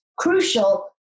Crucial